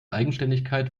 eigenständigkeit